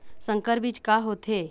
संकर बीज का होथे?